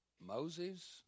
Moses